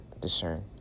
discern